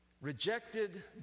Rejected